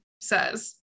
says